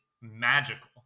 magical